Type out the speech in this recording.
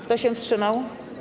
Kto się wstrzymał?